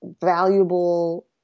valuable